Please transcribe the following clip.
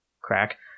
crack